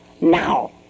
now